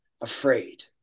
afraid